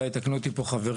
אולי יתקנו אותי פה חברים,